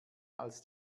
als